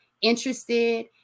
interested